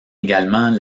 également